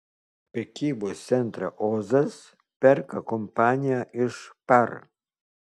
prekybos centrą ozas perka kompanija iš par